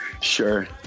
Sure